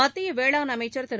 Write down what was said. மத்தியவேளாண் அமைச்சர் திரு